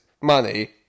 money